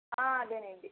అదేనండి